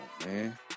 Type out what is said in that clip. man